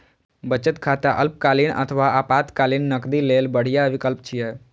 बचत खाता अल्पकालीन अथवा आपातकालीन नकदी लेल बढ़िया विकल्प छियै